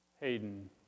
Hayden